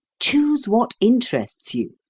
choose what interests you.